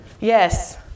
Yes